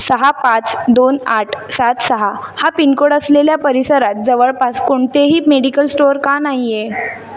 सहा पाच दोन आठ सात सहा हा पिन कोड असलेल्या परिसरात जवळपास कोणतेही मेडिकल स्टोअर का नाही आहे